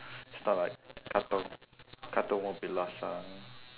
it's not like katong katong would be laksa